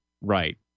Right